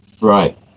right